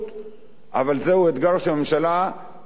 אבל זהו אתגר שהממשלה תעמוד בו,